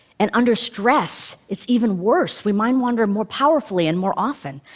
and under stress, it's even worse we mind-wander more powerfully and more often.